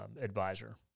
advisor